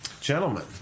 gentlemen